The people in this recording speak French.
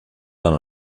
dans